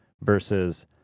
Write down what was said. versus